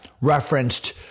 referenced